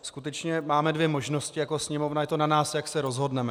Skutečně máme dvě možnosti jako Sněmovna, je to na nás, jak se rozhodneme.